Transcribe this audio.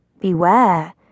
Beware